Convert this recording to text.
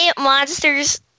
monsters